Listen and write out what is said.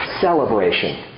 celebration